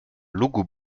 logo